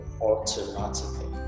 automatically